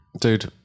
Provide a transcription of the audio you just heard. Dude